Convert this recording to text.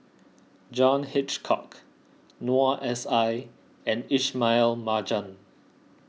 John Hitchcock Noor S I and Ismail Marjan